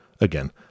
Again